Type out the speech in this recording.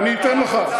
חיים, אני אתן לך.